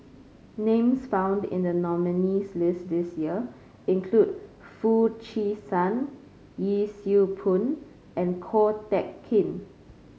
names found in the nominees' list this year include Foo Chee San Yee Siew Pun and Ko Teck Kin